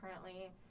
currently